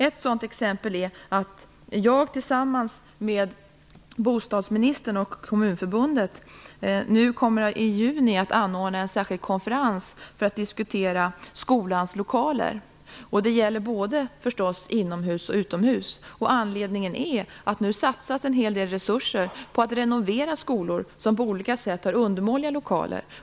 Ett sådant exempel är att jag tillsammans med bostadsministern och Kommunförbundet nu i juni kommer att anordna en särskild konferens för att diskutera skolans lokaler. Det gäller förstås både inomhus och utomhus. Anledningen är att det nu satsas en hel del resurser på att renovera skolor som på olika sätt har undermåliga lokaler.